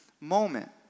moment